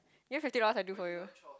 give me fifty dollars I do for you